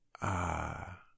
Ah